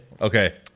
Okay